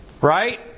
Right